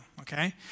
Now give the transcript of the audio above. okay